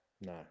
No